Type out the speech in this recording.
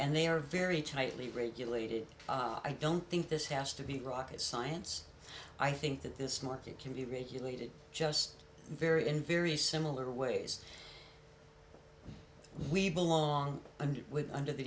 and they are very tightly regulated i don't think this has to be rocket science i think that this market can be regulated just very in very similar ways we belong and with under the